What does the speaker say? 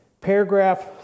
paragraph